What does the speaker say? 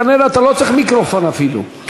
כנראה אתה לא צריך מיקרופון אפילו,